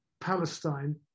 Palestine